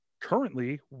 currently